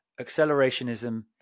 accelerationism